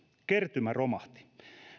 kertymä romahti